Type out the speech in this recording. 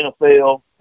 NFL